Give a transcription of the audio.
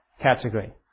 category